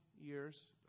years